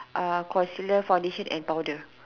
uh concealer foundation and powder